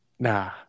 Nah